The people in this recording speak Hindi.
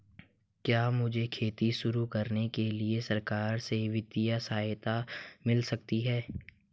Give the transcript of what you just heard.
क्या मुझे खेती शुरू करने के लिए सरकार से वित्तीय सहायता मिल सकती है?